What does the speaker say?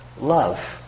love